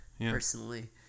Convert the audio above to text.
personally